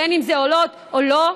אם זה עולות ואם לא,